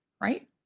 right